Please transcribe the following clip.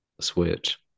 switch